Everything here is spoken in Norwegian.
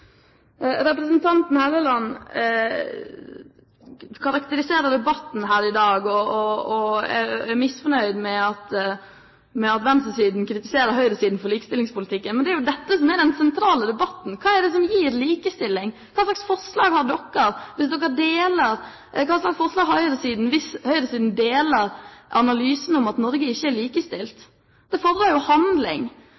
Representanten Helleland karakteriserer debatten her i dag og er misfornøyd med at venstresiden kritiserer høyresiden for likestillingspolitikken. Men det er jo dette som er den sentrale debatten. Hva er det som gir likestilling? Hva slags forslag har dere? Hva slags forslag har høyresiden hvis høyresiden er enig i analysen om at Norge ikke er likestilt?